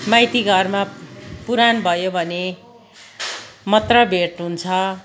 माइती घरमा पुराण भयो भने मात्र भेट हुन्छ